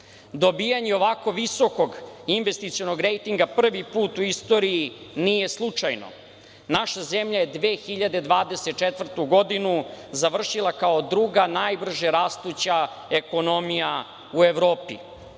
Dobijanje ovako visokog investicionog rejtinga prvi put u istoriji nije slučajno. Naša zemlja je 2024. godinu završila kao druga najbrže rastuća ekonomija u